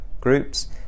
groups